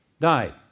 died